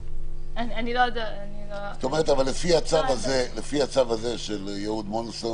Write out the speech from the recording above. אני לא --- לפי הצו הזה של יהוד-מונוסון